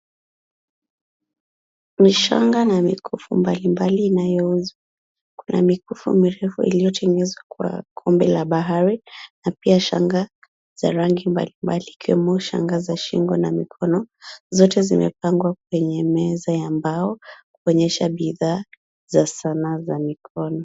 Mishanga na mikufu mbalimbali inayouzwa. Kuna mikufu iliyotengenezwa kwa kombe za bahari na pia shanga za rangi mbalimbali ikiwemo shanga za shingo na mikono, zote zimepangwa kwenye meza ya mbao kuonyesha bidhaa za sanaa za mikono.